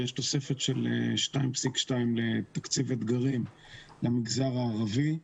יש תוספת של 2.2 לתקציב אתגרים למגזר הערבי.